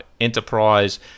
Enterprise